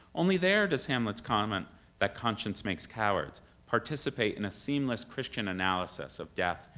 only there does hamlet's comment that conscience makes cowards participate in a seamless christian analysis of death,